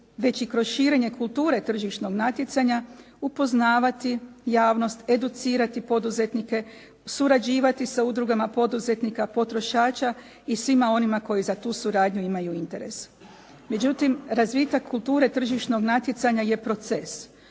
već i kroz širenje kulture tržišnog natjecanja upoznavati javnost, educirati poduzetnike, surađivati sa udrugama poduzetnika potrošača i svima onima koji za tu suradnju imaju interes. Međutim, razvitak kulture tržišnog natjecanja je proces.